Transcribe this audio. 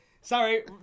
Sorry